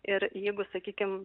ir jeigu sakykim